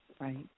Right